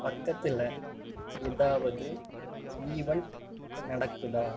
பக்கத்தில் ஏதாவது ஈவண்ட் நடக்குதா